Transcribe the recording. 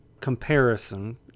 comparison